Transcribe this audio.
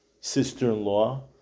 sister-in-law